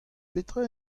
petra